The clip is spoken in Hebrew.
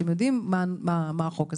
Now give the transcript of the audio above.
אתם יודעים מה החוק הזה.